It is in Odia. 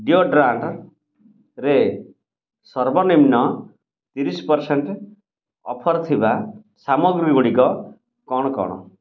ଡ଼ିଓଡ୍ରାଣ୍ଟ୍ରେ ସର୍ବନିମ୍ନ ତିରିଶି ପରସେଣ୍ଟ୍ ଅଫର୍ ଥିବା ସାମଗ୍ରୀଗୁଡ଼ିକ କ'ଣ କ'ଣ